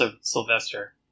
Sylvester